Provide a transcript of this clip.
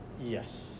Yes